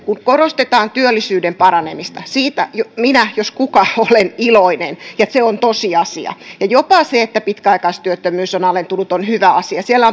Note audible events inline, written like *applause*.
kun korostetaan työllisyyden paranemista siitä minä jos kuka olen iloinen ja se on tosiasia ja jopa se että pitkäaikaistyöttömyys on alentunut on hyvä asia siellä *unintelligible*